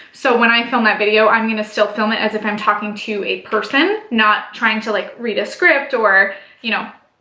so when i film that video, i'm gonna still film it as if i'm talking to a person, not trying to like read a script or you know,